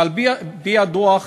ועל-פי דוח